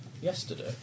yesterday